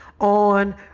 on